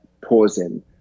pausing